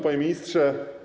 Panie Ministrze!